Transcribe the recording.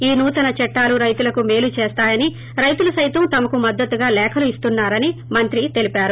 ఈ నూతన చట్టాలు రైతులకు మేలు చేస్తాయని రైతులు సైతం తమకు మద్గతుగా లేఖలు ఇస్తున్నా రని మంత్రి తెలిపారు